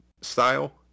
style